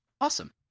Awesome